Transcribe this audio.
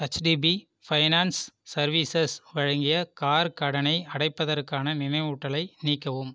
HDB finance services வழங்கிய car கடனை அடைப்பதற்கான நினைவூட்டலை நீக்கவும்